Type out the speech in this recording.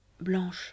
Blanche